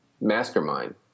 mastermind